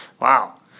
Wow